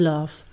Love